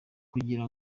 kugira